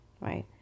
right